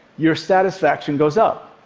your satisfaction goes up.